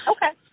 Okay